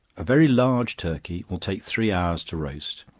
a very large turkey will take three hours to roast,